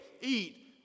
eat